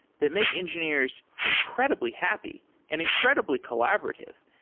that make engineers incredibly happy and incredibly collaborative.